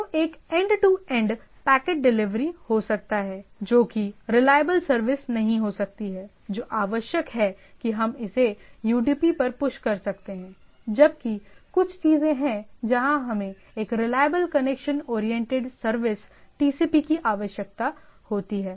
तो एक end to end packet delivery हो सकता है जो कि रिलाएबल सर्विस नहीं हो सकती है जो आवश्यक है कि हम इसे यूडीपी पर पुश कर सकते हैं जबकिकुछ चीजें हैं जहां हमें एक reliable connection oriented service TCP की आवश्यकता होती है